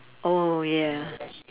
oh ya